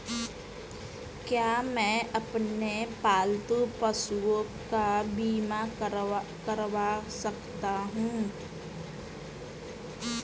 क्या मैं अपने पालतू पशुओं का बीमा करवा सकता हूं?